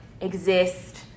exist